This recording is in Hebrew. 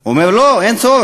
הוא אומר: לא, אין צורך.